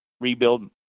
Rebuild